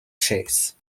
chase